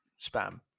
spam